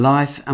Life